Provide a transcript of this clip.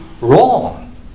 wrong